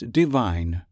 divine